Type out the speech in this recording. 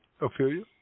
Ophelia